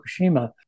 Fukushima